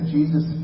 Jesus